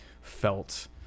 felt